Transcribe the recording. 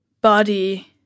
body